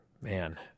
Man